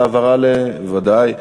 בוודאי.